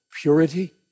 purity